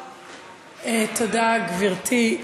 תודה, גברתי.